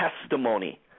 testimony